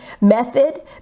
method